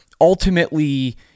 ultimately